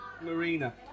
Marina